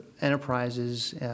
enterprises